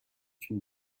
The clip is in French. une